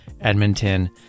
Edmonton